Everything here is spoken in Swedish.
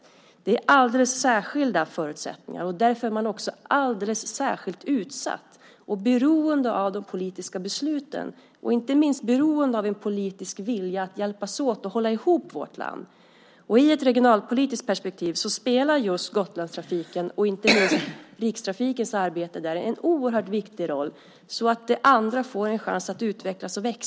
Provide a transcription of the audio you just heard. Det är alldeles särskilda förutsättningar. Därför är man också alldeles särskilt utsatt och beroende av de poliska besluten. Inte minst är man beroende av en politisk vilja att hjälpas åt och hålla ihop vårt land. I ett regionalpolitiskt perspektiv spelar just Gotlandstrafiken och inte minst Rikstrafikens arbete en oerhört viktig roll så att det andra får en chans att utvecklas och växa.